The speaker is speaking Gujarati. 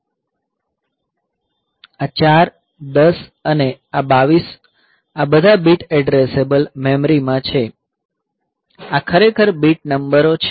આ 4 10 અને આ 22 H આ બધા બિટ એડ્રેસેબલ મેમરી માં છે આ ખરેખર બીટ નંબરો છે